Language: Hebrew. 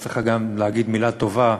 אז צריך גם להגיד מילה טובה.